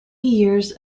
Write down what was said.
years